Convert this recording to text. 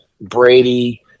brady